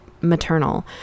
maternal